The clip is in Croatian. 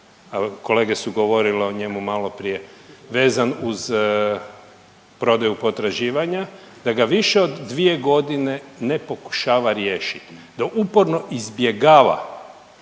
kolege su govorile o njemu maloprije vezan uz prodaju potraživanja da ga više od dvije godine ne pokušava riješit, da uporno izbjegava